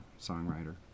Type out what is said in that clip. songwriter